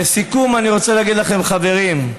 לסיכום אני רוצה להגיד לכם, חברים,